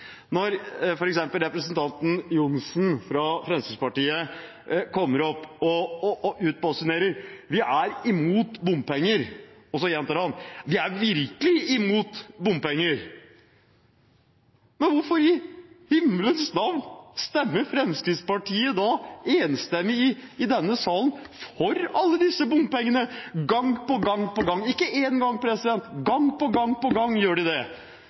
imot bompenger! Så gjentar han: Vi er virkelig imot bompenger! Men hvorfor i himmelens navn stemmer da Fremskrittspartiet i denne salen enstemmig for alle disse bompengene gang på gang på gang? Ikke én gang – de gjør det gang på gang på gang. Fremskrittspartiets velgere er rundlurt, og nå må bløffen være godt avslørt. Det